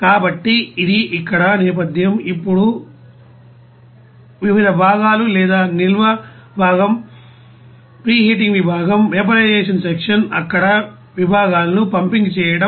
కాబట్టి ఇది ఇక్కడ నేపథ్యం ఇప్పుడు మొక్క యొక్క వివిధ విభాగాలు లేదా నిల్వ విభాగం ప్రీహీటింగ్ విభాగం వేపర్ఐజేషన్ సెక్షన్ అక్కడ విభాగాలను పంపింగ్ చేయడం